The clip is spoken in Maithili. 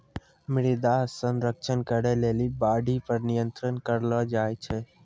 मृदा संरक्षण करै लेली बाढ़ि पर नियंत्रण करलो जाय छै